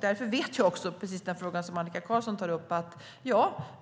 Därför vet jag också att man har tagit sig an den fråga som Annika Qarlsson tar upp: